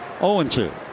0-2